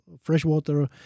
freshwater